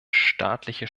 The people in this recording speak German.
staatliche